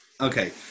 okay